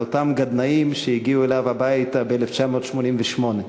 אותם גדנ"עים שהגיעו אליו הביתה ב-1988.